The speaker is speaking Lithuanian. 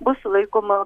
bus laikoma